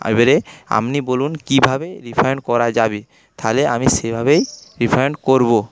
এবারে আপনি বলুন কিভাবে রিফান্ড করা যাবে তাহলে আমি সেভাবেই রিফান্ড করব